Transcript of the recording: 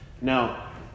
Now